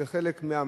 זה חלק מהמהות